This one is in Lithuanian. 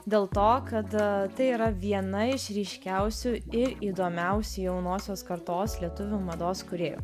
dėl to kad tai yra viena iš ryškiausiųir įdomiausių jaunosios kartos lietuvių mados kūrėjų